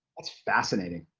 that's fascinating.